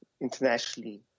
internationally